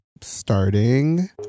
starting